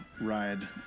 ride